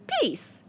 peace